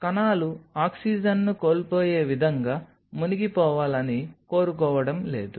కణాలు ఆక్సిజన్ను కోల్పోయే విధంగా మునిగిపోవాలని కోరుకోవడం లేదు